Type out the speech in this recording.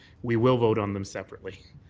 we will vote on them separately.